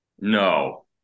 No